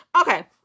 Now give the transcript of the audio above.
Okay